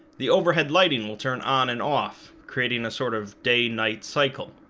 the overhead lighting will turn on and off, creating a sort of day night cycle